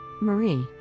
Marie